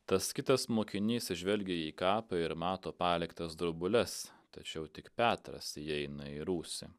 tas kitas mokinys žvelgia į kapą ir mato paliktas drobules tačiau tik petras įeina į rūsį